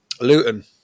Luton